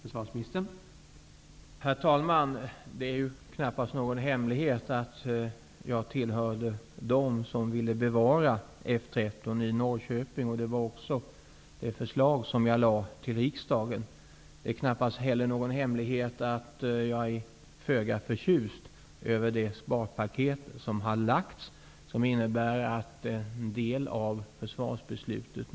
Herr talman! Det är knappast någon hemlighet att jag tillhörde dem som ville bevara F 13 i Norrköping. Jag lade också fram förslag om det i riksdagen. Det är knappast heller någon hemlighet att jag är föga förtjust över det sparpaket som har lagts fram, som innebär att det ruckas på en del av försvarsbeslutet.